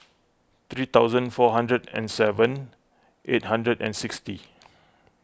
three thousand four hundred and seven eight hundred and sixty